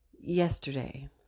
yesterday